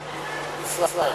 גדרה זה רק גמליאל, ישראל.